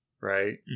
Right